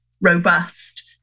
robust